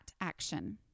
action